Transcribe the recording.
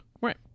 right